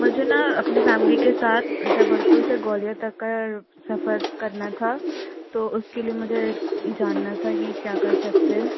मुझे न अपनी फ़ैमिली के साथ जबलपुर से ग्वालियर तक का सफ़र करना था तो उसके लिए मुझे जानना था कि क्या कर सकते हैं